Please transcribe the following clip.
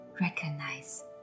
recognize